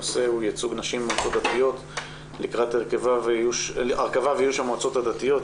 הנושא הוא ייצוג נשים במועצות הדתיות לקראת הרכבה ואיוש המועצות הדתיות.